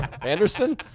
Anderson